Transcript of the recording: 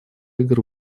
игр